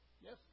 Yes